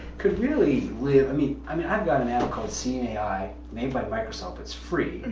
could really live. i mean, i mean i've got an app called seeing ai, made by microsoft. it's free.